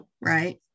right